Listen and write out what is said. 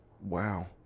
Wow